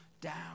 down